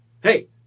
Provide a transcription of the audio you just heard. Hey